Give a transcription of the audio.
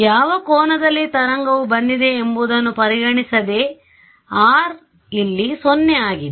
ಯಾವ ಕೋನದಲ್ಲಿ ತರಂಗವು ಬಂದಿದೆ ಎಂಬುದನ್ನು ಪರಿಗಣಿಸದೆ R ಇಲ್ಲಿ 0 ಆಗಿದೆ